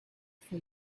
for